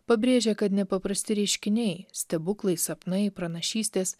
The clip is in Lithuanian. pabrėžia kad nepaprasti reiškiniai stebuklai sapnai pranašystės